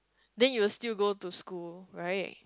then you will still go to school right